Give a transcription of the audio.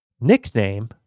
Nickname